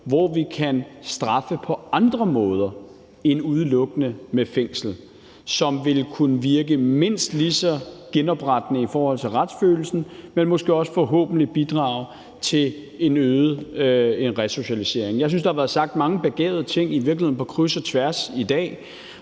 hvor vi kan straffe på andre måder end udelukkende med fængsel, som vil kunne virke mindst lige så genoprettende i forhold til retsfølelsen, men forhåbentlig også vil kunne bidrage til en øget resocialisering. Og den del håber jeg jo altså også at hr. Peter Kofod vil være med